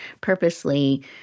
purposely